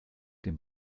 dem